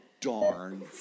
darn